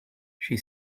she